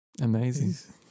Amazing